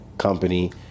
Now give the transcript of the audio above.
Company